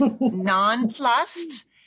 nonplussed